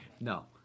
No